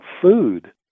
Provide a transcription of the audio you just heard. food